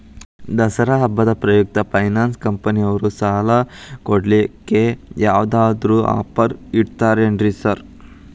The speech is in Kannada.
ದಸರಾ ಹಬ್ಬದ ಪ್ರಯುಕ್ತ ಫೈನಾನ್ಸ್ ಕಂಪನಿಯವ್ರು ಸಾಲ ಕೊಡ್ಲಿಕ್ಕೆ ಯಾವದಾದ್ರು ಆಫರ್ ಇಟ್ಟಾರೆನ್ರಿ ಸಾರ್?